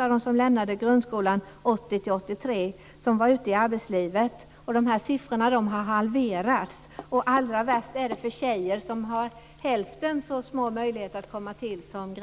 Av dem som lämnade grundskolan 1980-1983 var 56-57 % ute i arbetslivet 1985. Siffrorna har nu halverats. Allra värst är det för tjejer, som bara har hälften så stora möjligheter som grabbar att komma till.